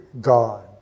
God